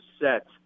set